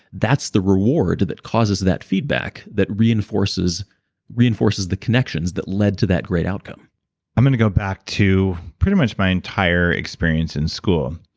that's the reward that causes that feedback that reinforces reinforces the connections that led to that great outcome i'm going to go back to pretty much my entire experience in school,